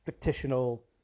fictional